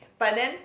but then